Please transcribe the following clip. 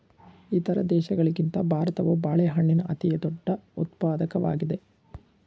ಇತರ ದೇಶಗಳಿಗಿಂತ ಭಾರತವು ಬಾಳೆಹಣ್ಣಿನ ಅತಿದೊಡ್ಡ ಉತ್ಪಾದಕವಾಗಿದೆ